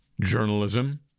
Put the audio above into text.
journalism